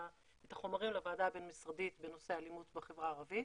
החומרים לוועדה הבין משרדית בנושא אלימות בחברה הערבית.